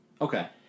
Okay